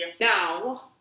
now